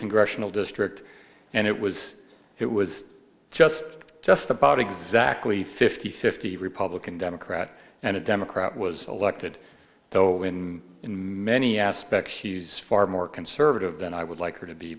congressional district and it was it was just just about exactly fifty fifty republican democrat and a democrat was elected though in many aspects he's far more conservative than i would like her to be